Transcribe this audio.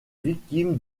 victime